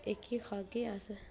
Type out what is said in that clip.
एह्की खागे अस